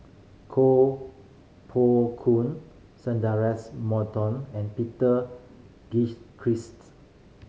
Koh Poh Koon Sundaresh Moton and Peter